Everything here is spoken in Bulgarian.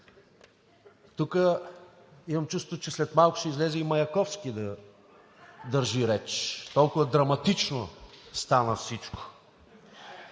Имам чувството, че тук след малко ще излезе и Маяковски, за да държи реч, толкова драматично стана всичко.